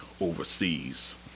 overseas